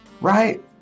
right